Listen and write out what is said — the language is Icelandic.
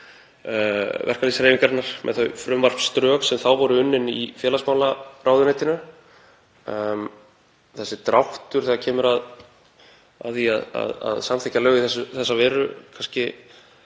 verkalýðshreyfingarinnar með þau frumvarpsdrög sem þá voru unnin í félagsmálaráðuneytinu. Þessi dráttur þegar kemur að því að samþykkja lög í þessa veru kom kannski